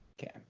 Okay